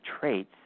traits